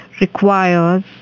requires